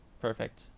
perfect